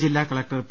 ജില്ലാ collector P